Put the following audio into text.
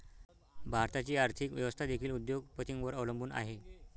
भारताची आर्थिक व्यवस्था देखील उद्योग पतींवर अवलंबून आहे